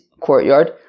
courtyard